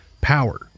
power